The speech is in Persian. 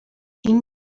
این